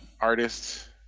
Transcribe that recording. artist